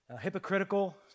hypocritical